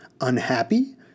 Unhappy